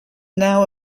now